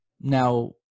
Now